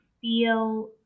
feel